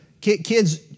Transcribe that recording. Kids